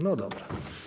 No dobra.